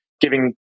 giving